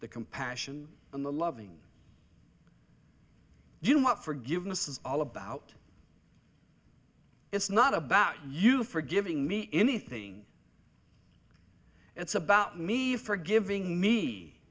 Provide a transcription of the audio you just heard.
the compassion and the loving you know what forgiveness is all about it's not about you for giving me anything it's about me for giving me